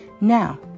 Now